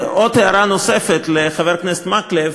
הערה נוספת לחבר הכנסת מקלב,